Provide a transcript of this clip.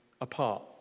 apart